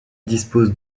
dispose